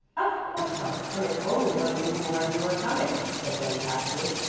of course not, and it's only one reason why you are coming, said betty tactfully.